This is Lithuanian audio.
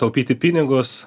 taupyti pinigus